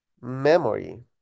memory